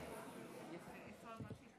(הישיבה נפסקה בשעה